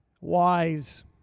wise